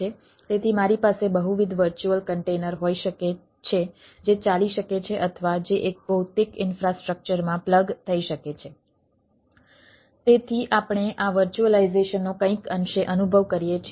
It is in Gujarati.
તેથી આપણે આ વર્ચ્યુઅલાઈઝેશનનો કંઈક અંશે અનુભવ કરીએ છીએ